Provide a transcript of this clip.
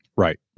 Right